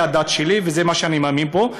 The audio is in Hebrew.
זו הדת שלי וזה מה שאני מאמין בו.